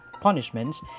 punishments